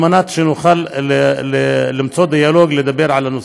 כדי שנוכל למצוא דיאלוג ולדבר על הנושא.